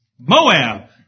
Moab